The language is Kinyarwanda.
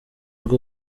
bwo